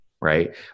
right